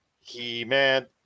He-Man